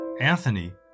Anthony